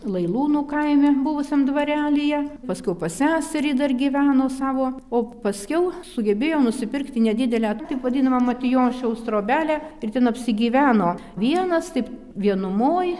lailūnų kaime buvusiam dvarelyje paskiau pas seserį dar gyveno savo o paskiau sugebėjo nusipirkti nedidelę taip vadinamą matijošiaus trobelę ir ten apsigyveno vienas taip vienumoj